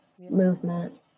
movement